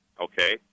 okay